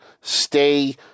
stay